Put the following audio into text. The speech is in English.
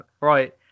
Right